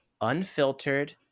unfiltered